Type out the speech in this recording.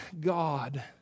God